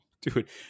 dude